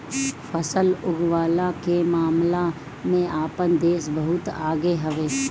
फसल उगवला के मामला में आपन देश बहुते आगे हवे